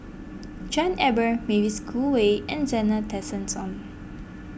John Eber Mavis Khoo Oei and Zena Tessensohn